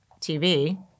tv